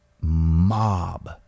mob